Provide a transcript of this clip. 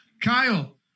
Kyle